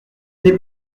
n’est